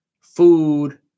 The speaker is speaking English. food